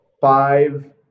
five